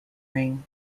ring